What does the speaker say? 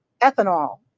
ethanol